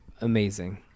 amazing